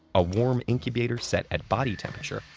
a warm incubator set at body temperature,